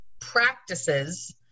practices